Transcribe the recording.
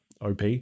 op